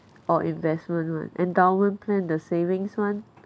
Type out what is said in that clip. or investment [one] endowment plan the savings [one]